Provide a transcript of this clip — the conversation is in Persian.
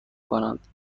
کند